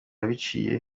biciye